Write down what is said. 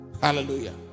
Hallelujah